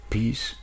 Peace